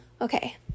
okay